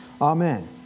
Amen